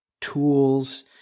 tools